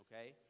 okay